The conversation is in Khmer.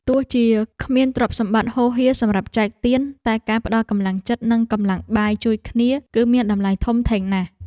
ទោះបីជាគ្មានទ្រព្យសម្បត្តិហូរហៀរសម្រាប់ចែកទានតែការផ្តល់កម្លាំងចិត្តនិងកម្លាំងបាយជួយគ្នាគឺមានតម្លៃធំធេងណាស់។